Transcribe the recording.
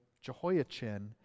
Jehoiachin